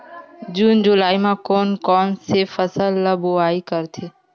जून जुलाई म कोन कौन से फसल ल बोआई करथे?